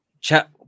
chat